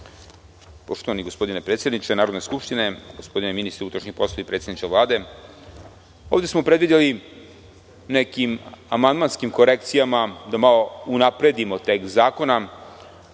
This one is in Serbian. Gospodine predsedniče Narodne skupštine, gospodine ministre unutrašnjih poslova i predsedniče Vlade, ovde smo predvideli nekim amandmanskim korekcijama da malo unapredimo tekst zakona,